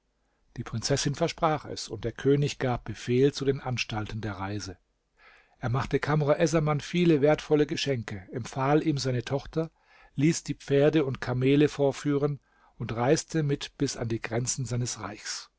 die prinzessin versprach es und der könig gab befehl zu den anstalten der reise er machte kamr essaman viele wertvolle geschenke empfahl ihm seine tochter ließ die pferde und kamele vorführen und reiste mit bis an die grenzen seines reichs